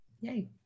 Yay